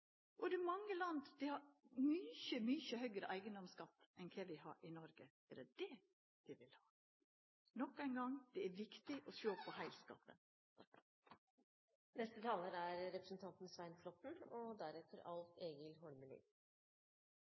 vil ha? Og mange land har mykje, mykje høgare eigedomsskatt enn kva vi har i Noreg. Er det det vi vil ha? Nok ein gong: Det er viktig å sjå på heilskapen. Jeg skjønner at forrige taler er litt sliten og